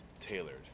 Tailored